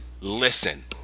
listen